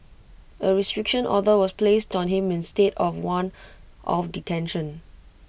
A restriction order was placed on him instead of one of detention